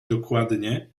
dokładnie